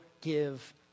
give